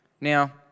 Now